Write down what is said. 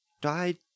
Died